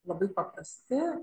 labai paprasti